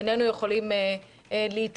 איננו יכולים להתעלם